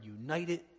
united